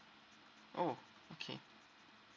oh okay